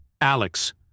Alex